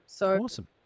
Awesome